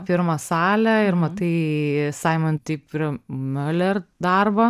pirmą salę ir matai saimon tip ir miuler darbą